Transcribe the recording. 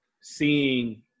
seeing